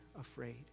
afraid